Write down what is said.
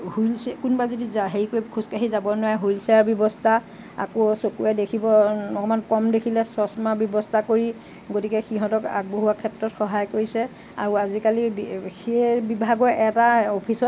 কোনোবা যদি হেৰি কৰি খোজকাঢ়ি যাব নোৱাৰে হুইল চেয়াৰৰ ব্যৱস্থা আকৌ চকুৰে অকমান কম দেখিলে চশমাৰ ব্যৱস্থা কৰি গতিকে সিহঁতক আগবঢ়োৱা ক্ষেত্ৰত সহায় কৰিছে আৰু আজিকালি সেই বিভাগৰ এটা অফিচত